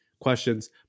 questions